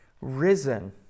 Risen